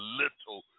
little